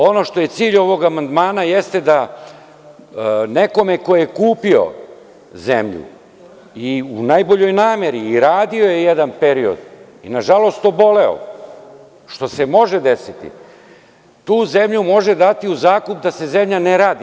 Ono što je cilj ovog amandmana jeste da nekome ko je kupio zemlju i u najboljoj nameri i radio je jedan period i nažalost oboleo, što se može desiti, tu zemlju može dati u zakup da se zemlja ne radi.